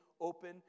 open